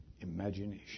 imagination